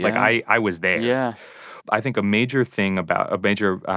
like i i was there yeah i think a major thing about a major